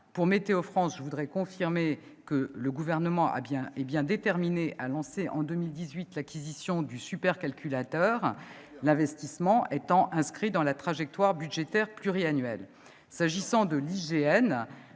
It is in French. Pour Météo France, je confirme que le Gouvernement est déterminé à lancer en 2018 l'acquisition du supercalculateur, l'investissement étant inscrit dans la trajectoire budgétaire pluriannuelle. Excellent ! S'agissant de l'IGN,